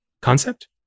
concept